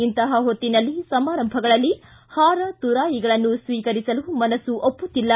ಇಂತಹ ಹೊತ್ತಿನಲ್ಲಿ ಸಮಾರಂಭಗಳಲ್ಲಿ ಹಾರ ತುರಾಯಿಗಳನ್ನು ಸ್ವೀಕರಿಸಲು ಮನಸ್ನು ಒಪ್ಪುತ್ತಿಲ್ಲ